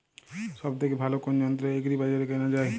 সব থেকে ভালো কোনো যন্ত্র এগ্রি বাজারে কেনা যায়?